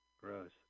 Gross